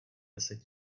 deset